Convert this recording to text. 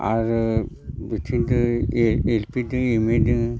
आरो बिथिङै एलपि दों एमइ दों